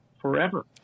forever